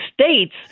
states